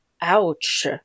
Ouch